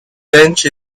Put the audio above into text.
bench